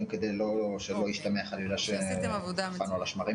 שאמרו לנו: אנחנו עובדים בטירוף,